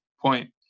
point